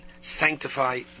sanctify